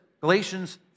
Galatians